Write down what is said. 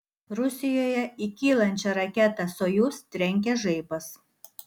rusijoje į kylančią raketą sojuz trenkė žaibas